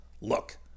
Look